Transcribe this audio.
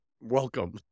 Welcome